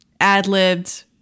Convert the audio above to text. ad-libbed